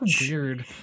weird